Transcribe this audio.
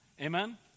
Amen